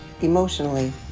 emotionally